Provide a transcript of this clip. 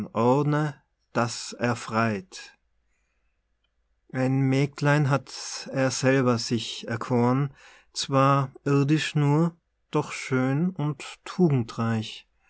ordne daß er frei't ein mägdlein hat er selber sich erkoren zwar irdisch nur doch schön und tugendreich